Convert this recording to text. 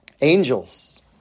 Angels